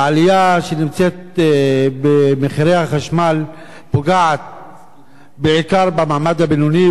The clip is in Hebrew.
העלייה במחירי החשמל פוגעת בעיקר במעמד הבינוני,